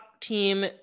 team